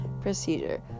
procedure